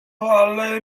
ale